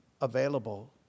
available